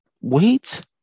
wait